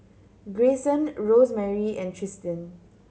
Greyson Rosemarie and Tristin